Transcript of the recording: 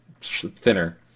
thinner